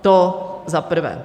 To za prvé.